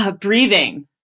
breathing